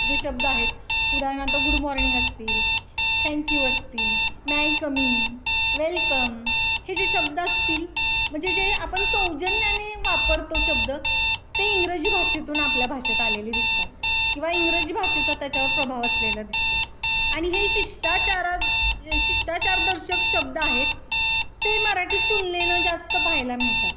जे शब्द आहेत उदाहरणार्थ गुड मॉर्निंग असतील थँक यू असतील may I come in welcome हे जे शब्द असतील म्हणजे जे आपण सौजन्याने वापरतो शब्द ते इंग्रजी भाषेतून आपल्या भाषेत आलेले दिसतात किंवा इंग्रजी भाषेचा त्याच्यावर प्रभाव असलेला दिसतो आणि हे शिष्टाचार शिष्टाचारदर्शक शब्द आहेत ते मराठीत तुलनेनं जास्त पाहायला मिळतात